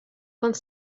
vingt